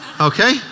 Okay